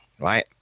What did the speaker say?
right